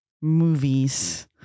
movies